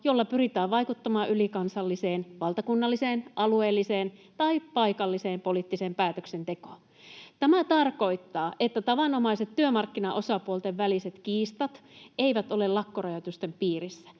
jolla pyritään vaikuttamaan ylikansalliseen, valtakunnalliseen, alueelliseen tai paikalliseen poliittiseen päätöksentekoon. Tämä tarkoittaa, että tavanomaiset työmarkkinaosapuolten väliset kiistat eivät ole lakkorajoitusten piirissä.